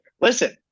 listen